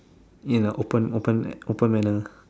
you know open open open manner